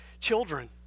children